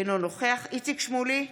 אינו נוכח איציק שמולי,